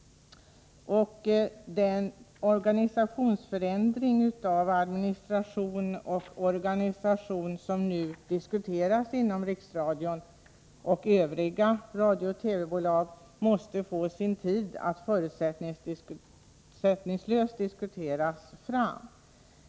Den förändring av administration och organisation som nu diskuteras inom Riksradion och övriga radiooch TV-bolag måste man ges tid för att förutsättningslöst kunna diskutera fram.